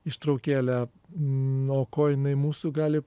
ištraukėlę nu o ko jinai mūsų gali